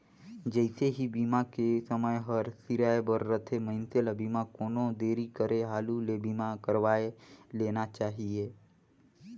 जइसे ही बीमा के समय हर सिराए बर रथे, मइनसे ल बीमा कोनो देरी करे हालू ले बीमा करवाये लेना चाहिए